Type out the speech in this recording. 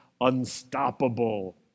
unstoppable